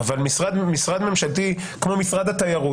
אבל משרד ממשלתי כמו משרד התיירות,